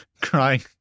crying